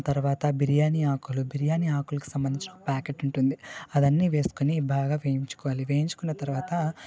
తర్వాత బిర్యానీ ఆకులు బిర్యానీ ఆకులకు సంబంధించిన ఒక పాకెట్ ఉంటుంది అవన్నీ వేసుకుని బాగా వేయించుకోవాలి వేయించుకున్న తర్వాత